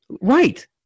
Right